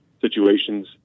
Situations